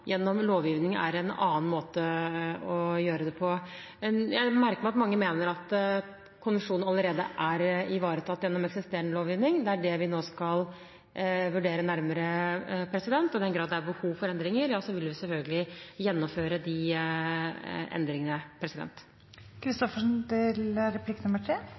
gjennom lovgivning er en annen måte å gjøre det på. Jeg merker meg at mange mener at konvensjonen allerede er ivaretatt gjennom eksisterende lovgivning. Det er det vi nå skal vurdere nærmere, og i den grad det er behov for endringer, vil vi selvfølgelig gjennomføre de endringene.